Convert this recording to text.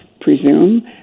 presume